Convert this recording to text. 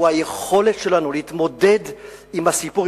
זה היכולת שלנו להתמודד עם הסיפור,